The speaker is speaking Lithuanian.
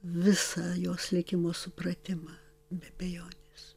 visą jos likimo supratimą be abejonės